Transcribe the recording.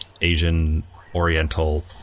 Asian-Oriental